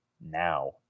now